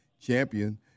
champion